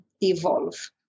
evolve